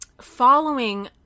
following